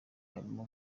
harimo